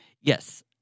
Yes